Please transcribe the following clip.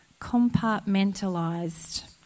compartmentalized